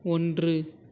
ஒன்று